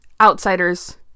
outsiders